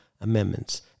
amendments